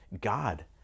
God